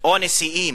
או נשיאים,